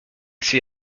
see